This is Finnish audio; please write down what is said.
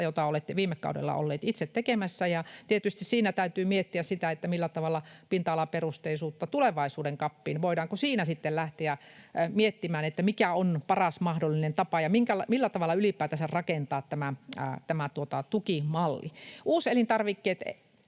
jota olette viime kaudella ollut itse tekemässä. Tietysti siinä täytyy miettiä sitä, millä tavalla pinta-alaperusteisuutta tulevaisuuden CAPiin... Voidaanko siinä sitten lähteä miettimään, mikä on paras mahdollinen tapa ja millä tavalla ylipäätänsä rakentaa tämä tukimalli? Uuselintarvikkeet